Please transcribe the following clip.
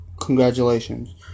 Congratulations